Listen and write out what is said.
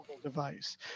device